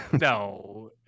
no